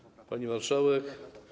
Pani Marszałek!